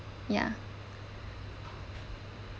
ya